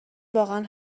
واقعا